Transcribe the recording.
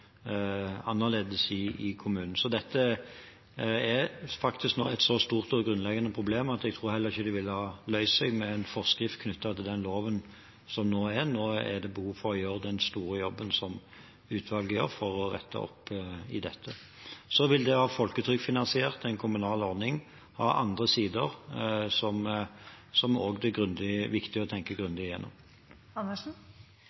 annerledes i kommunen. Dette er faktisk et så stort og grunnleggende problem nå at jeg tror heller ikke det ville ha blitt løst med en forskrift knyttet til den loven som nå er. Nå er det behov for å gjøre den store jobben som utvalget gjør for å rette opp i dette. Så vil det å ha en folketrygdfinansiert kommunal ordning ha andre sider som det også er viktig å tenke